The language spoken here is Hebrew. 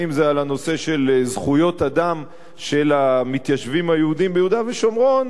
על הנושא של זכויות אדם של המתיישבים היהודים ביהודה ושומרון,